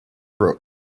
rock